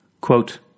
Quote